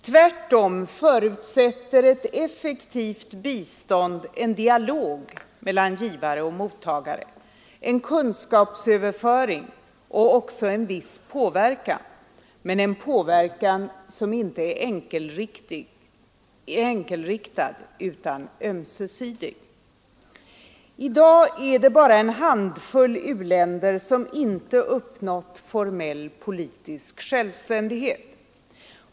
Tvärtom förutsätter ett effektivt bistånd en dialog mellan givare och mottagare, en kunskapsöverföring och också en viss påverkan, men en påverkan som inte är enkelriktad utan ömsesidig. I dag är det bara en handfull u-länder som inte uppnått formell politisk självständighet.